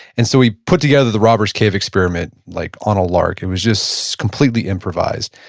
and so he put together the robbers cave experiment like on a lark. it was just completely improvised.